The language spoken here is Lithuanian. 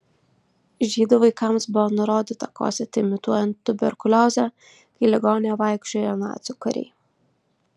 žydų vaikams buvo nurodyta kosėti imituojant tuberkuliozę kai ligoninėje vaikščiojo nacių kariai